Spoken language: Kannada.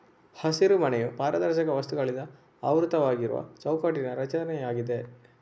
ಹಸಿರುಮನೆಯು ಪಾರದರ್ಶಕ ವಸ್ತುಗಳಿಂದ ಆವೃತವಾಗಿರುವ ಚೌಕಟ್ಟಿನ ರಚನೆಯಾಗಿದೆ